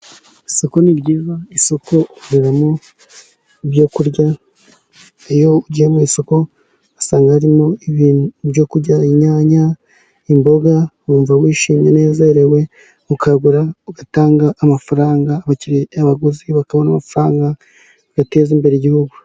Isoko ni ryiza, isoko ribamo ibyo kurya. Iyo ugiye mu isoko usanga harimo ibyo kurya. Inyanya, imboga, wumva wishimye, unezerewe, ukagura ugatanga amafaranga, abaguzi bakabona amafaranga bagateza imbere igihugu.